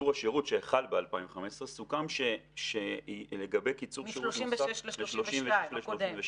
שחל ב-2015 -- מ-36 ל-32, הקודם.